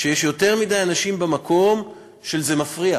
שיש יותר מדי אנשים במקום של "זה מפריע"